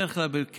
בדרך כלל כבדיחה,